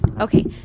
Okay